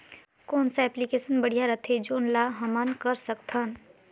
कौन सा एप्लिकेशन बढ़िया रथे जोन ल हमन कर सकथन?